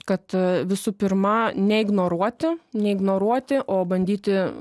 kad visų pirma neignoruoti neignoruoti o bandyti